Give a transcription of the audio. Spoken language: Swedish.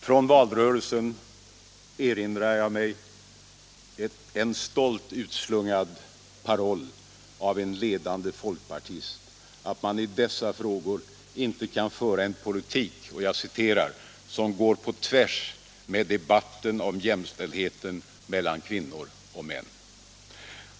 Från valrörelsen erinrar jag mig en stolt utslungad paroll av en ledande folkpartist att man i dessa frågor inte kan föra en politik, ”som går på tvärs med debatten om jämställdheten mellan kvinnor och män”.